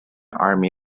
army